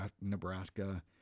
Nebraska